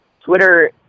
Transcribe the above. Twitter